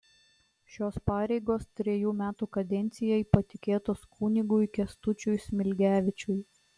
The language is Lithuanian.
šios pareigos trejų metų kadencijai patikėtos kunigui kęstučiui smilgevičiui